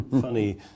funny